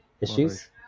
issues